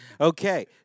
Okay